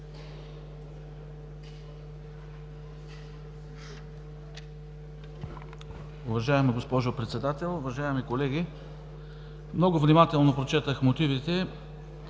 Уважаема госпожо Председател, уважаеми колеги, много внимателно прочетох мотивите.